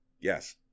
yes